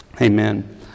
Amen